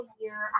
year